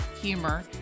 humor